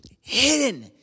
Hidden